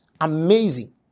Amazing